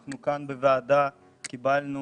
אנחנו בוועדה קיבלנו